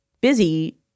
busy